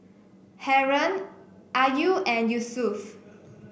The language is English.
Haron Ayu and Yusuf